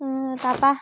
তাৰপৰা